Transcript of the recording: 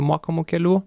mokamų kelių